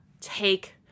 take